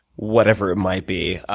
whatever it might be.